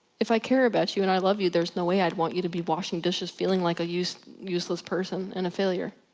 if i care about you and i love you there's no way i'd want you to be washing dishes feeling like a useless useless person and a failure.